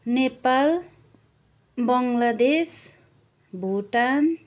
Nepal Bangladesh Bhutan